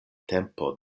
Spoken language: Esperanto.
tempo